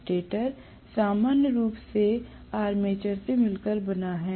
stator सामान्य रूप से आर्मेचर से मिलकर बना है